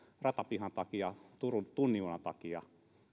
ratapihan takia turun tunnin junan takia